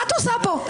מה את עושה פה?